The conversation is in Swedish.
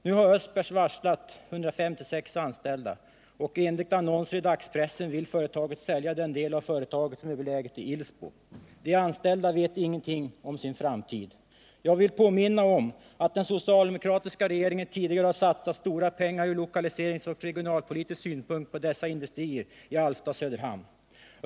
Nu har Östbergs varslat 156 anställda, och enligt annonser i dagspressen vill man sälja den del av företaget som är belägen i Ilsbo. De anställda vet ingenting om sin framtid. Jag vill påminna om att den socialdemokratiska regeringen tidigare av lokaliseringsoch regionalpolitiska skäl har satsat stora pengar på dessa industrier i Alfta och Söderhamn.